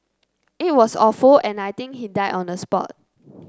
it was awful and I think he died on the spot